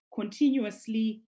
continuously